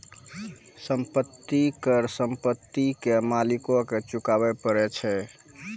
संपत्ति कर संपत्ति के मालिको के चुकाबै परै छै